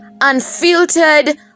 unfiltered